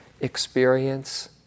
experience